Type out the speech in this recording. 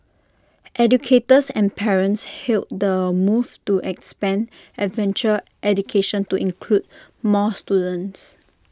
educators and parents hailed the move to expand adventure education to include more students